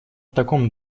таком